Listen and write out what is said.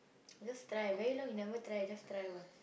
just try very long you never try just try once